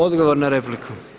Odgovor na repliku.